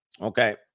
Okay